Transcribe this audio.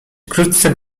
wkrótce